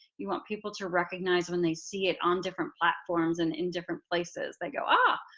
you want people to recognize when they see it on different platforms and in different places they go, ah,